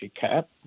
cap